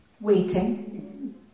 Waiting